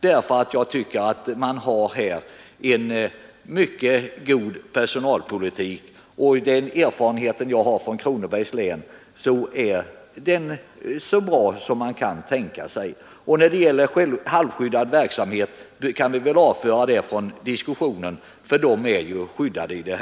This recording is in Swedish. Personalpolitiken därvidlag är mycket god. Enligt den erfarenhet jag har från Kronobergs län är den så bra man kan tänka sig, och den halvskyddade verksamheten kan vi kanske avföra från diskussionen eftersom den är skyddad i lagen.